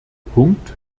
punkt